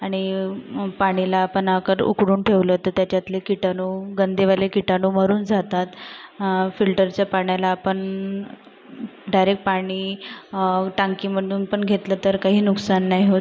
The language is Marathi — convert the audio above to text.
आणि पाणीला आपण अगर उकळून ठेवलं तर त्याच्यातले किटाणू गंदेवाले किटाणू मरून जातात फिल्टरच्या पाण्याला आपण डायरेक्ट पाणी टाकीमधून पण घेतलं तर काही नुकसान नाही होत